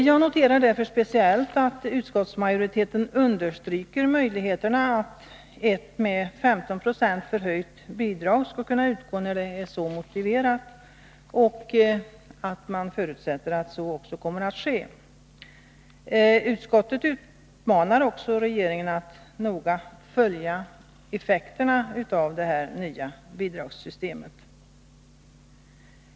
Jag noterar därför speciellt att utskottsmajoriteten understryker möjligheterna att ett med 15 20 förhöjt bidrag skall kunna utgå när så är motiverat och att man förutsätter att så kommer att ske. Utskottet uppmanar också regeringen att noga följa effekterna av det nya bidragssystemet.